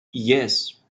yes